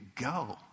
go